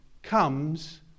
comes